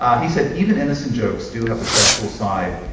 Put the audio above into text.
um he said even innocent jokes do have a sexual side,